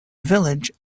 village